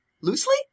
loosely